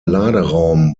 laderaum